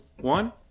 one